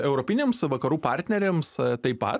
europiniams vakarų partneriams taip pat